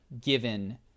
given